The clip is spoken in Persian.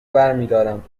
برمیدارم